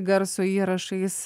garso įrašais